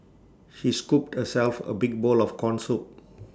she scooped herself A big bowl of Corn Soup